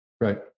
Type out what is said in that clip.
Right